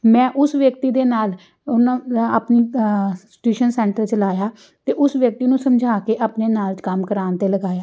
ਮੈਂ ਉਸ ਵਿਅਕਤੀ ਦੇ ਨਾਲ ਆਪਣੀ ਟਿਊਸ਼ਨ ਸੈਂਟਰ ਚਲਾਇਆ ਅਤੇ ਉਸ ਵਿਅਕਤੀ ਨੂੰ ਸਮਝਾ ਕੇ ਆਪਣੇ ਨਾਲ ਕੰਮ ਕਰਵਾਉਣ 'ਤੇ ਲਗਾਇਆ